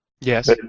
Yes